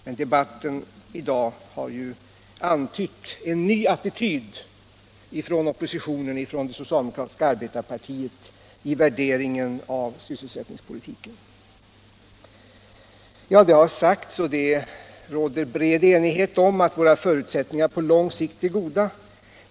Men dagens debatt har antytt en ny attityd hos det socialdemokratiska arbetarpartiet i värderingen av sysselsättningspolitiken. Det har sagts — det råder bred enighet om detta — att våra förutsättningar på lång sikt är goda.